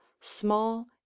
small